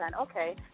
Okay